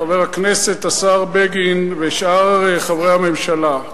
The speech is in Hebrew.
חבר הכנסת השר בגין ושאר חברי הממשלה,